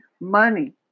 money